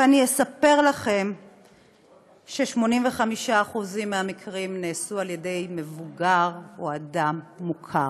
ואני אספר לכם ש-85% מהמקרים נעשו על ידי מבוגר או אדם מוכר.